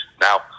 now